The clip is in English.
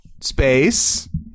space